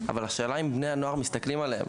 אבל השאלה היא האם בני הנוער מסתכלים עליהם.